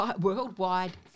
Worldwide